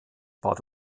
bad